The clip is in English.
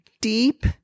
deep